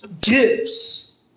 gives